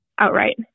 outright